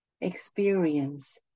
experience